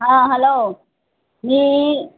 हां हॅलो मी